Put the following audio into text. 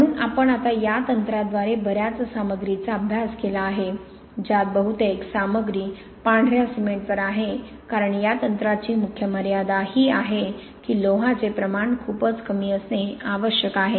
म्हणून आपण आता या तंत्राद्वारे बर्याच सामग्रीचा अभ्यास केला आहे ज्यात बहुतेक सामग्री पांढर्या सिमेंटवर आहे कारण या तंत्राची मुख्य मर्यादा ही आहे की लोहाचे प्रमाण खूपच कमी असणे आवश्यक आहे